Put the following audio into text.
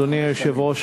אדוני היושב-ראש,